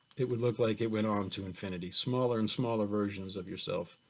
it would look like it went on to infinity, smaller and smaller versions of yourself.